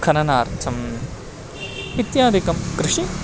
खननार्थम् इत्यादिकं कृषि